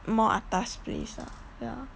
more atas place lah ya